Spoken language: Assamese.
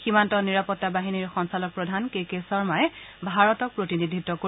সীমান্ত নিৰাপত্তা বাহিনীৰ সঞ্চালকপ্ৰধান কে কে শৰ্মাই ভাৰতক প্ৰতিনিধিত্ব কৰিব